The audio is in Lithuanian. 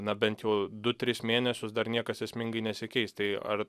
na bent jau du tris mėnesius dar niekas esmingai nesikeis tai ar